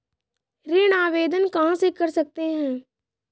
ऋण आवेदन कहां से कर सकते हैं?